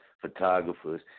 photographers